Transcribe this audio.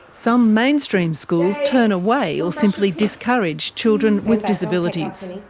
some mainstream schools turn away, or simply discourage children with disabilities.